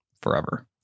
forever